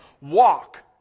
Walk